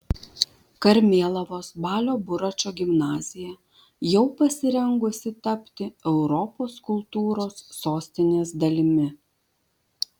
karmėlavos balio buračo gimnazija jau pasirengusi tapti europos kultūros sostinės dalimi